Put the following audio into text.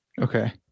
Okay